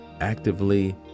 actively